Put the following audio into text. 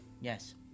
Yes